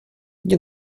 nie